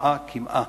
קמעה קמעה.